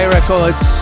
Records